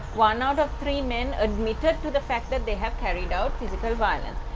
one out of three men admitted to the fact that they have carried out physical violence.